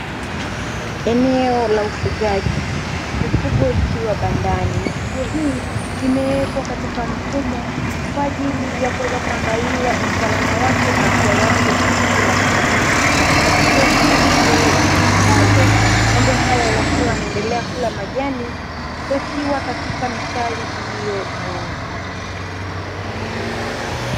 Eneo la ufugaji, mifugo ikiwa bandani. Mifugo hii imewekwa katika mfumo kwa ajili ya kuweza kuangaliwa usalama wake na afya yake kwa kila siku. Mifugo hii ni ng'ombe; ng'ombe hao wakiwa wanaendela kula majani, wakiwa katika mistari iliyonyooka.